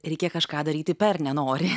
reikia kažką daryti per nenori